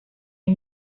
you